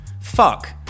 Fuck